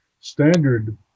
standard